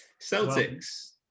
Celtics